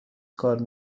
کار